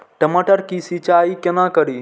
टमाटर की सीचाई केना करी?